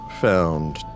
found